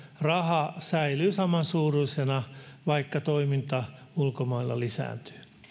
raha säilyy samansuuruisena vaikka toiminta ulkomailla lisääntyy